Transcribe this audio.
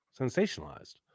sensationalized